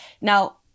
Now